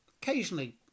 Occasionally